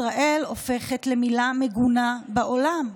ישראל הופכת למילה מגונה בעולם.